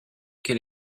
quel